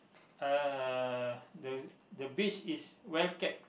uh the the beach is well kept